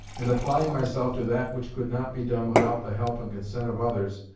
and applying myself to that which could not be done without the help and consent of others,